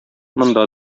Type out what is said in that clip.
монда